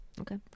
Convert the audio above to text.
Okay